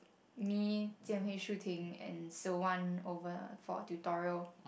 me Jian Hui Soo Ting and Siew Wan over for tutorial